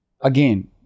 Again